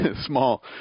small